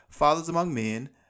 fathersamongmen